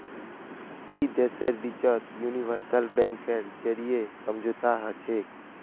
दी देशेर बिचत यूनिवर्सल बैंकेर जरीए समझौता हछेक